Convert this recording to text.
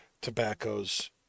tobaccos